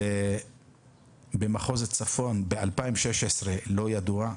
במחוז הצפון ב-2016 לא ידוע,